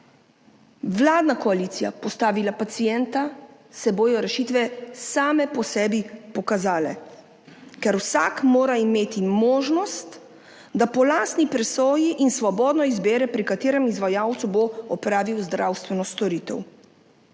vladna koalicija postavila pacienta, se bodo rešitve pokazale same po sebi, ker mora imeti vsak možnost, da po lastni presoji in svobodno izbere, pri katerem izvajalcu bo opravil zdravstveno storitev.